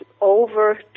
over